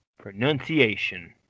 Pronunciation